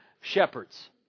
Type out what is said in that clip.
shepherds